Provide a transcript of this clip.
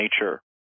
nature